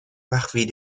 parvis